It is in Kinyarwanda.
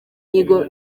nyigo